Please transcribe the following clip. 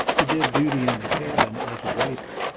who did duty in the cabin as a waiter.